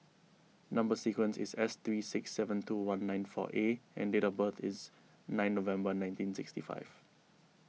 Number Sequence is S three six seven two one nine four A and date of birth is nine November nineteen sixty five